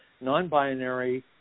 non-binary